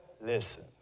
listen